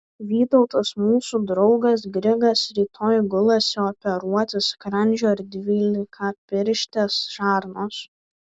vytautas mūsų draugas grigas rytoj gulasi operuoti skrandžio ir dvylikapirštės žarnos